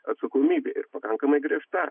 atsakomybė ir pakankamai griežta